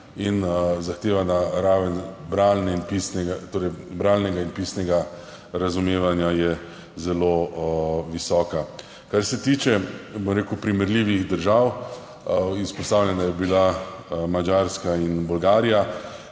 in zahtevana raven bralnega in pisnega razumevanja je zelo visoka. Kar se tiče primerljivih držav. Izpostavljeni sta bili Madžarska in Bolgarija.